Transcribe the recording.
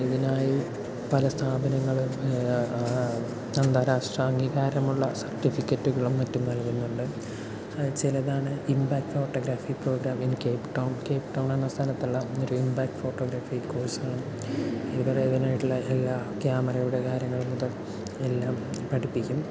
ഇതിനായി പല സ്ഥാപനങ്ങളും അന്താരാഷ്ട്ര അംഗികാരം ഉള്ള സെർട്ടിഫിക്കറ്റുകളും മറ്റും നൽകുന്നുണ്ട് ചിലതാണ് impact photography programme Cape Town എന്ന സ്ഥലത്തുള്ള ഒരു ഇമ്പാക്ട് ഫോട്ടോഗ്രാഫി കോഴ്സ് ഇവർ അതിനായിട്ടുള്ള എല്ലാം ക്യാമറയുടെ കാര്യങ്ങൾ മുതൽ എല്ലാം പഠിപ്പിക്കും